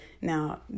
Now